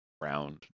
round